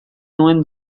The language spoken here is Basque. nuen